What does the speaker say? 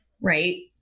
right